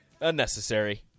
Unnecessary